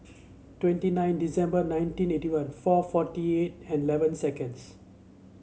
twenty nine December nineteen eighty one four forty eight and eleven seconds